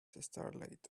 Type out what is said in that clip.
starlight